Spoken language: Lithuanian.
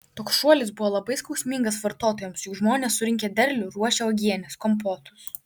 toks šuolis buvo labai skausmingas vartotojams juk žmonės surinkę derlių ruošia uogienes kompotus